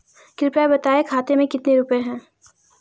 कृपया बताएं खाते में कितने रुपए हैं?